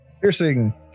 Piercing